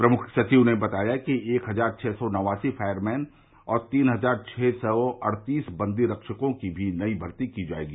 प्रमुख सचिव गृह ने बताया कि एक हजार छह सौ नवासी फायरमैन और तीन हजार छह सौ अड़तीस बंदी रक्षकों की भी नई भर्ती की जायेगी